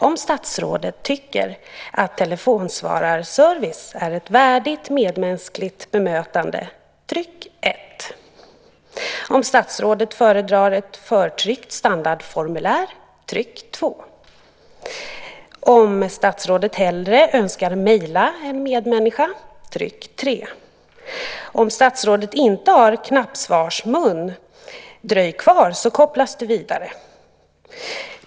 Om statsrådet tycker att telefonsvararservice är ett värdigt, medmänskligt bemötande - tryck 1. Om statsrådet föredrar ett förtryckt standardformulär - tryck 2. Om statsrådet hellre önskar mejla en medmänniska - tryck 3. Om statsrådet inte har knappsvarsmun - dröj kvar så kopplas du vidare.